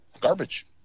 garbage